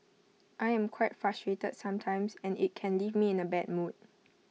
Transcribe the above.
I am quite frustrated sometimes and IT can leave me in A bad mood